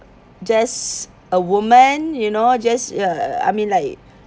just a woman you know just uh I mean like